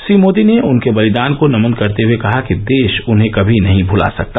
श्री मोदी ने उनके बलिदान को नमन करते हए कहा कि देश उन्हें कभी नहीं भुला सकता